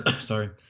sorry